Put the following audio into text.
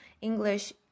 English